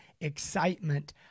excitement